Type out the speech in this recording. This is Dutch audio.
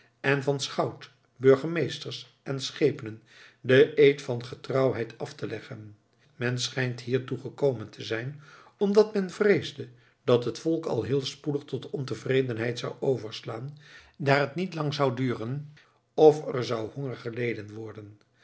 en van schout burgemeesters en schepenen den eed van getrouwheid af te leggen men schijnt hiertoe gekomen te zijn omdat men vreesde dat het volk al heel spoedig tot ontevredenheid zou overslaan daar het niet lang zou duren of er zou honger geleden worden